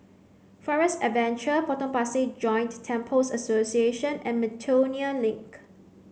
Forest Adventure Potong Pasir Joint Temples Association and Miltonia Link